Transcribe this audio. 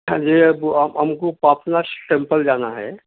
ہاں جی اب ہم کو پاپلا شیمپل جانا ہے